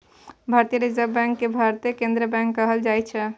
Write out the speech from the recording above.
भारतीय reserve bank केँ भारतक केंद्रीय बैंक कहल जाइ छै